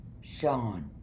sean